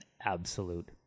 absolute